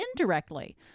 indirectly